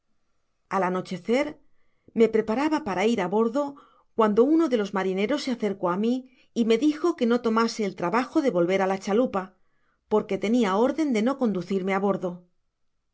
al anochecer me preparaba para ir á bordo cuando uno de los marineros se acercó á mi y me dijo que no tomase el trabajo de volver á la chalupa porque tenia órden de no conducirme á bordo